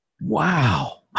wow